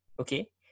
okay